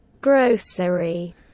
Grocery